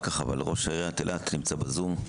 ראש עיריית אילת, אלי לנקרי, נמצא בזום.